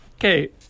Okay